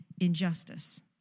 injustice